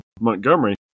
Montgomery